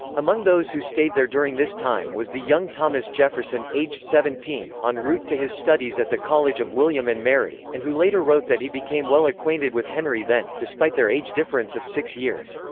among those who stayed there during this time was the young thomas jefferson, aged seventeen, en route to his studies at the college of william and mary, and who later wrote that he became well acquainted with henry then, despite their age difference of six years.